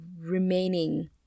remaining